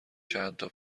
چندتا